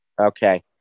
Okay